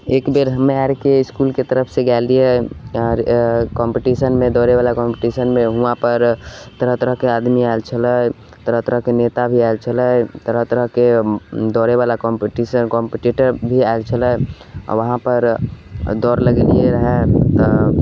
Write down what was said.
एकबेर हमे आरके इसकुलके तरफसँ गेल रहियै आर कम्पटिशनमे दौड़यवला कम्पटिशनमे हुआँ पर तरह तरहके आदमी आयल छलै तरह तरहके नेता भी आयल छलै तरह तरहके दौड़यवला कम्पटिशन कम्पटीटर भी आयल छलै आओर उहाँपर दौड़ लगेलियै रहय तऽ